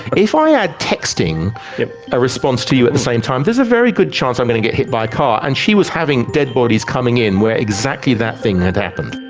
if i add texting a response to you at the same time, there is a very good chance i'm going to get hit by a car. and she was having dead bodies coming in where exactly that thing had happened.